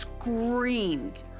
screamed